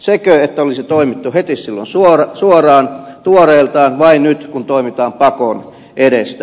sekö että olisi toimittu heti silloin suoraan tuoreeltaan vai nyt kun toimitaan pakon edessä